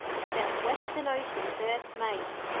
except western ocean first mates,